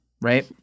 right